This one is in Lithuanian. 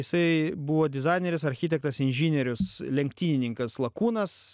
jisai buvo dizaineris architektas inžinierius lenktynininkas lakūnas